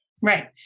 Right